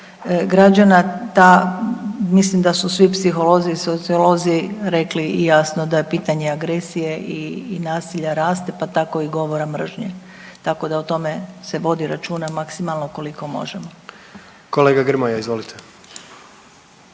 građana ta mislim da su svi psiholozi i sociolozi rekli jasno da pitanje agresije i nasilja raste pa tako i govora mržnje. Tako da o tome se vodi računa maksimalno koliko možemo. **Jandroković,